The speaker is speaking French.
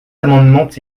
amendements